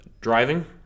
driving